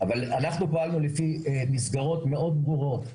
אבל אנחנו פעלנו לפי מסגרות מאד ברורות.